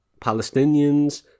Palestinians